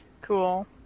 Cool